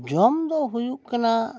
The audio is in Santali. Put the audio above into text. ᱡᱚᱢ ᱫᱚ ᱦᱩᱭᱩᱜ ᱠᱟᱱᱟ